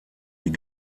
die